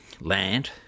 land